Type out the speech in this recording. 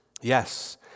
Yes